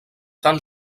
tan